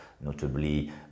notably